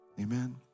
Amen